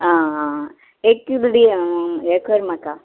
आं आं एक किलो दी आं हें कर म्हाका